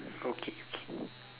okay